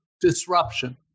disruption